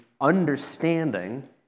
understanding